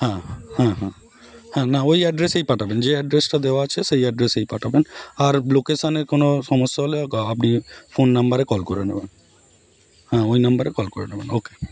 হ্যাঁ হ্যাঁ হ্যাঁ হ্যাঁ হ্যাঁ না ওই অ্যাড্রেসেই পাঠাবেন যে অ্যাড্রেসটা দেওয়া আছে সেই অ্যাড্রেসেই পাঠাবেন আর লোকেশানে কোনও সমস্যা হলে গ আপনি ফোন নাম্বারে কল করে নেবেন হ্যাঁ ওই নাম্বারে কল করে নেবেন ওকে